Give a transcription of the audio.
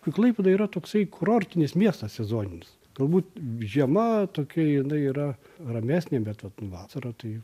kai klaipėda yra toksai kurortinis miestas sezoninis galbūt žiema tokia jinai yra ramesnė bet va vasarą tai